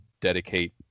dedicate